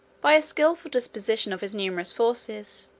by a skilful disposition of his numerous forces,